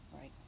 Right